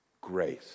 grace